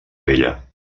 vella